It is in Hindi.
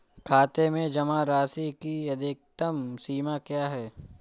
खाते में जमा राशि की अधिकतम सीमा क्या है?